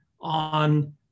on